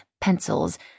pencils